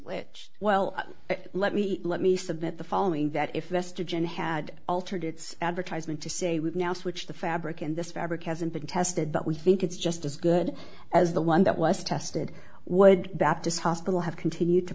which well let me let me submit the following that if the estrogen had altered its advertisement to say we now switch the fabric in this fabric hasn't been tested but we think it's just as good as the one that was tested would baptist hospital have continued to